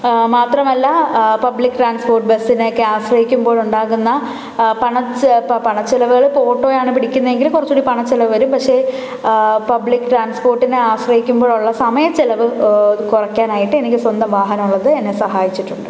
മാത്രമല്ല public transport ബസ്സിനൊക്കെ ആശ്രയിക്കുമ്പോഴുണ്ടാകുന്ന പണചെ പ പണച്ചിലവുകൾ ഇപ്പോൾ ഓട്ടോയാണ് പിടിക്കുന്നെങ്കിൽ കുറച്ചു കൂടി പണച്ചിലവു വരും പക്ഷേ പബ്ലിക് ട്രാൻസ്പോർട്ടിനെ ആശ്രയിക്കുമ്പോഴുള്ള സമയ ചിലവ് കുറയ്ക്കാനായിട്ട് എനിക്ക് സ്വന്തം വാഹനം ഉള്ളത് എന്നെ സഹായിച്ചിട്ടുണ്ട്